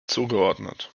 zugeordnet